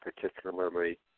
particularly